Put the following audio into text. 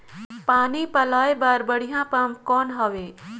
पानी पलोय बर बढ़िया पम्प कौन हवय?